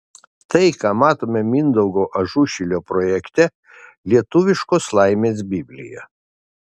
tai ką matome mindaugo ažušilio projekte lietuviškos laimės biblija